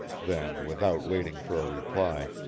then, without waiting for a reply,